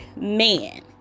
man